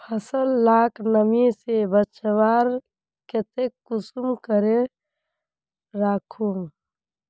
फसल लाक नमी से बचवार केते कुंसम करे राखुम?